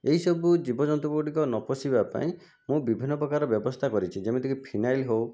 ଏହିସବୁ ଜୀବଜନ୍ତୁଗୁଡ଼ିକ ନପଶିବା ପାଇଁ ମୁଁ ବିଭିନ୍ନ ପ୍ରକାର ବ୍ୟବସ୍ଥା କରିଛି ଯେମିତିକି ଫିନାଇଲ୍ ହେଉ